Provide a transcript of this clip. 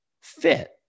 fit